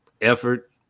effort